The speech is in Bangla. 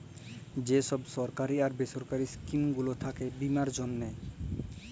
যে ছব সরকারি আর বেসরকারি ইস্কিম গুলা থ্যাকে বীমার জ্যনহে